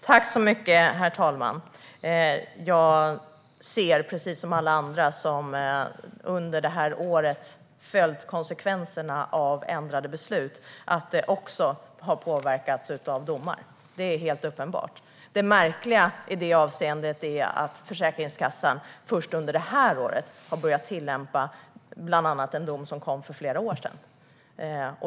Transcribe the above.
Herr talman! Jag ser precis som alla andra som under året har följt konsekvenserna av ändrade beslut att domar också har påverkat. Det är uppenbart. Det märkliga är att Försäkringskassan först i år har börjat tillämpa bland annat en dom som kom för flera år sedan.